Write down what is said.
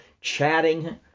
chatting